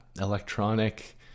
electronic